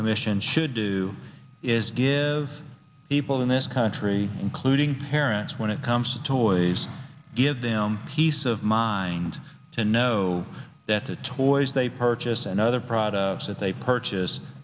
commission should do is give people in this country including parents when it comes to toys give them peace of mind to know that the toys they purchase another product that they purchase